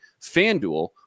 FanDuel